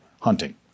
hunting